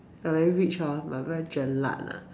uh very rich hor but very jelak lah